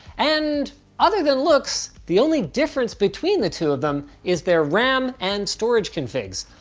and other than looks, the only difference between the two of them is their ram and storage configs,